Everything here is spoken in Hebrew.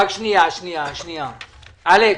אלכס,